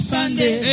Sunday